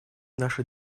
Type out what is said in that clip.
наша